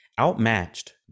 Outmatched